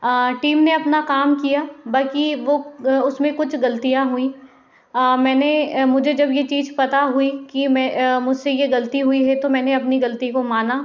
team ने अपना काम किया बाकी वो उसमें कुछ गलतियाँ हुईं मैंने मुझे जब ये चीज़ पता हुई कि मैं मुझसे ये गलती हुई है तो मैंने अपनी गलती को माना